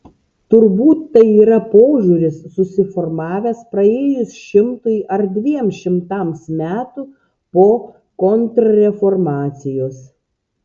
turbūt tai yra požiūris susiformavęs praėjus šimtui ar dviem šimtams metų po kontrreformacijos